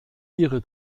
ihre